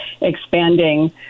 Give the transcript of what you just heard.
expanding